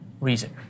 reason